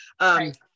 right